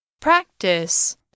practice